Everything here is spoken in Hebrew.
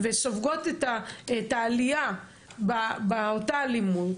והן סופגות את העלייה באותה אלימות,